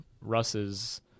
russ's